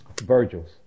Virgil's